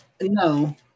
No